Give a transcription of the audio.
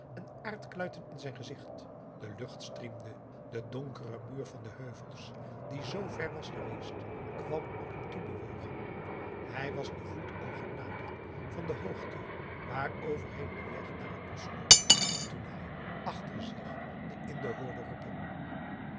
en aardkluiten in zijn gezicht de lucht striemde de donkere muur van de heuvels die zoo ver was geweest kwam op hem toe bewogen hij was den voet al genaderd van de hoogte waaroverheen de weg naar het bosch loopt toen hij achter zich den indo hoorde roepen